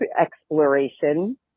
exploration